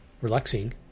Relaxing